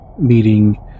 meeting